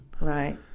Right